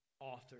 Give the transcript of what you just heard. author